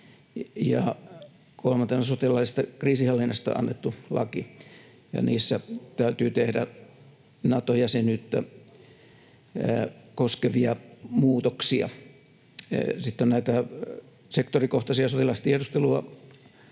ja kolmantena sotilaallisesta kriisinhallinnasta annettu laki, ja niissä täytyy tehdä Nato-jäsenyyttä koskevia muutoksia. Sitten on näitä sektorikohtaisia, sotilastiedustelua